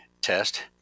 test